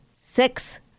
six